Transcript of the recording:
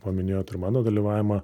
paminėjot ir mano dalyvavimą